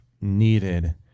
needed